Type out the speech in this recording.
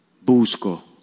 Busco